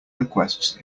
requests